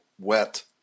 wet